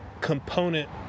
component